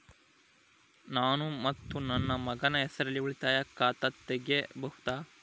ನಾನು ಮತ್ತು ನನ್ನ ಮಗನ ಹೆಸರಲ್ಲೇ ಉಳಿತಾಯ ಖಾತ ತೆಗಿಬಹುದ?